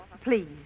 please